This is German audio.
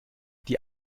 die